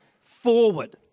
forward